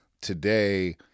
today